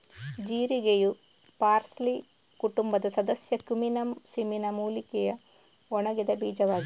ಜೀರಿಗೆಯು parsley ಕುಟುಂಬದ ಸದಸ್ಯ cuminum cyminum ಮೂಲಿಕೆಯ ಒಣಗಿದ ಬೀಜವಾಗಿದೆ